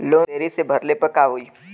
Loan देरी से भरले पर का होई?